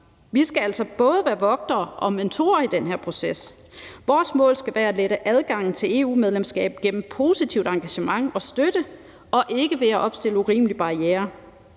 Vi skal altså både være vogtere og mentorer i den her proces. Vores mål skal være at lette adgangen til EU-medlemskab gennem et positivt engagement og støtte og ikke ved at opstille urimelige barrierer.